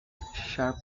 sharp